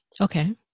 okay